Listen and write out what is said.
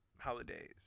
holidays